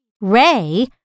Ray